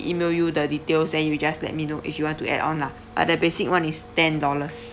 email you the details then you just let me know if you want to add on lah but the basic [one] is ten dollars